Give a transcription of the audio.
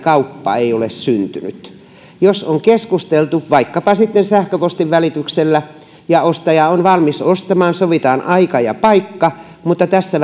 kauppaa ei ole syntynyt jos siitä on keskusteltu vaikkapa sitten sähköpostin välityksellä ja ostaja on valmis ostamaan sovitaan aika ja paikka mutta tässä